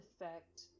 effect